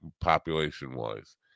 population-wise